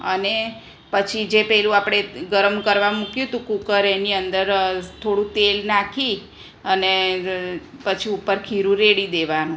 અને પછી જે પેલું આપણે ગરમ કરવા મૂક્યું હતું કૂકર એની અંદર થોડું તેલ નાંખી અને પછી ઉપર ખીરું રેડી દેવાનું